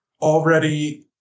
already